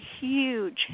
huge